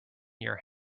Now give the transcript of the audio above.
your